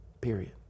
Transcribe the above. Period